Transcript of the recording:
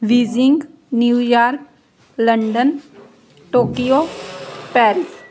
Beijing New York London Tokyo Paris